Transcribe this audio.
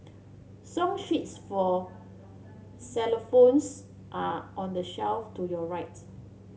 song sheets for xylophones are on the shelf to your right